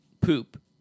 poop